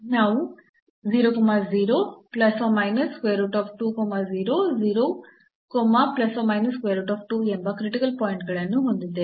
ನಾವು ಎಂಬ critical point ಗಳನ್ನು ಹೊಂದಿದ್ದೇವೆ